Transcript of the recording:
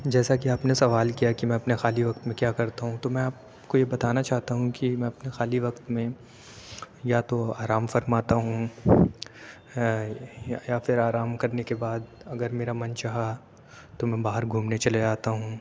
جیسا کہ آپ نے سوال کیا کہ میں اپنے خالی وقت میں کیا کرتا ہوں تو میں آپ کو یہ بتانا چاہتا ہوں کہ میں اپنے خالی وقت میں یا تو آرام فرماتا ہوں یا پھر آرام کرنے کے بعد اگر میرا من چاہا تو میں باہر گھومنے چلے جاتا ہوں